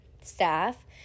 staff